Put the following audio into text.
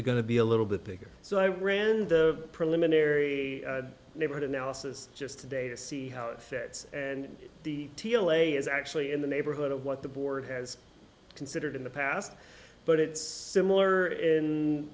it going to be a little bit bigger so i ran the preliminary neighborhood analysis just today to see how it fits and the t l a is actually in the neighborhood of what the board has considered in the past but it's similar in